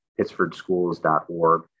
pittsfordschools.org